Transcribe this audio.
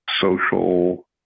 social